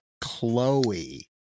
Chloe